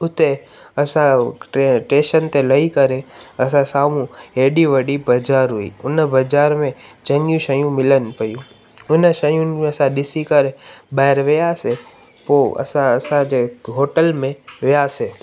उते असां टे टेशन ते लई करे असां साम्हूं हेॾी वॾी बज़ारि हुई हुन बज़ारि में चङी शयूं मिलन पेयूं हुन शयुनि में असां ॾिसी करे ॿाहिरि वियासीं पोइ असां असांजे होटल में वियासीं